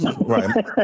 Right